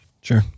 Sure